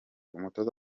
umutoza